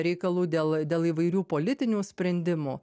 reikalų dėl dėl įvairių politinių sprendimų